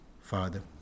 Father